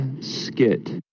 skit